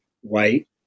white